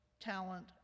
talent